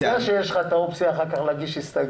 אתה יודע שיש לך אפשרות אחר כך להגיש הסתייגויות.